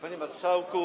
Panie Marszałku!